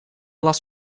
last